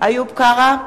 איוב קרא,